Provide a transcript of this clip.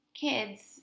kids